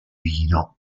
vino